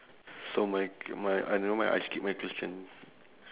so my my uh nevermind I skip my question